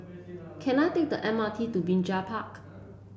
can I take the M R T to Binjai Park